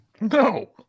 no